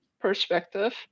perspective